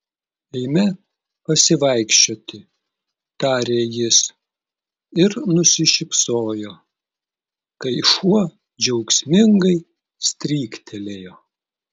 eime pasivaikščioti tarė jis ir nusišypsojo kai šuo džiaugsmingai stryktelėjo